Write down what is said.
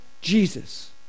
jesus